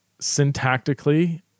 syntactically